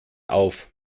auf